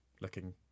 looking